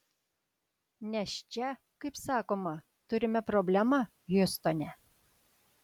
nes čia kaip sakoma turime problemą hiustone